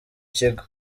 kigo